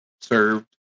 served